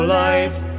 life